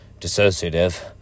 Dissociative